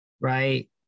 right